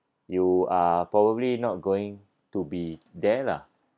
you are probably not going to be there lah